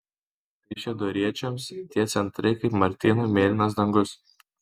kaišiadoriečiams tie centrai kaip martynui mėlynas dangus